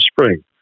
spring